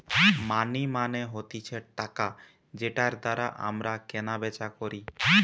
মানি মানে হতিছে টাকা যেটার দ্বারা আমরা কেনা বেচা করি